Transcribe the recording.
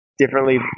differently